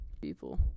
People